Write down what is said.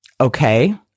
Okay